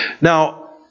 Now